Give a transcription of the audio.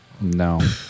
no